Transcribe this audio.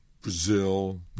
Brazil